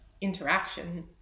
interaction